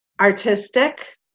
artistic